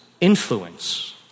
influence